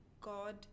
God